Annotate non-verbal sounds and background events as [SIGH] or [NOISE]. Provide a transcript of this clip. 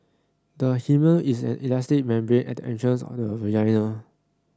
the hymen is an elastic membrane at the [UNINTELLIGIBLE]